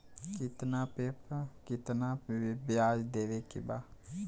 कितना पे कितना व्याज देवे के बा?